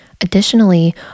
Additionally